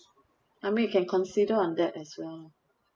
I mean you can consider on that as well